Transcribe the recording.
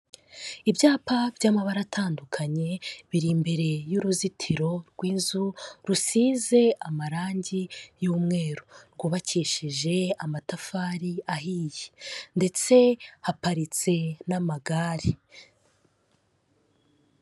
Ibyapa by'amabara atandukanye biri imbere y'uruzitiro rw'inzu, rusize amarangi y'umweru. Rwubakishije amatafari ahiye ndetse haparitse n'amagare.